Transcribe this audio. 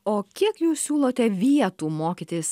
o kiek jūs siūlote vietų mokytis